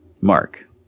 Mark